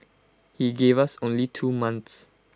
he gave us only two months